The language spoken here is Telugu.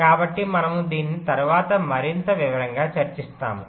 కాబట్టి మనము దీనిని తరువాత మరింత వివరంగా చర్చిస్తాము